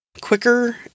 quicker